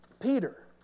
Peter